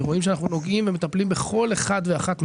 איך אנחנו נוגעים ומטפלים בכל אחד ואחד מהם,